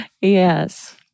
Yes